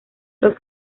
los